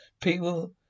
People